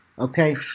Okay